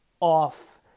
off